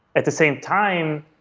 at the same time,